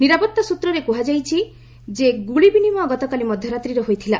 ନିରାପତ୍ତା ସ୍ନତ୍ରରେ କୁହାଯାଇଛି ସେହି ଗୁଳି ବିନିମୟ ଗତକାଲି ମଧ୍ୟରାତ୍ରିରେ ହୋଇଥିଲା